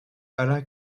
alain